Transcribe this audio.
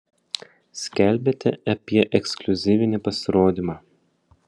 skelbiate apie ekskliuzyvinį pasirodymą